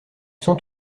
sont